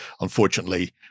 Unfortunately